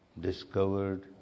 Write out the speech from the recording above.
discovered